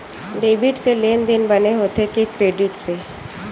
Debit से लेनदेन बने होथे कि क्रेडिट से?